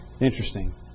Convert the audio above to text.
Interesting